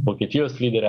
vokietijos lyderę